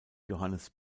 johannes